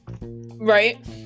Right